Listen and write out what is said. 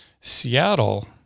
Seattle